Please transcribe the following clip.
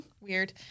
Weird